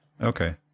okay